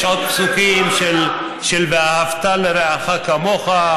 יש עוד פסוקים של "ואהבת לרעך כמוך",